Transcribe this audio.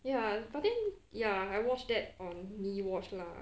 ya but then ya I watched that on mewatch lah